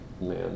man